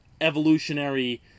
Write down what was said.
evolutionary